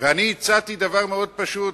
ואני הצעתי דבר פשוט,